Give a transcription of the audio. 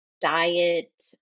diet